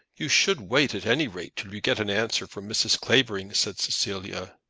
you should wait, at any rate, till you get an answer from mrs. clavering, said cecilia.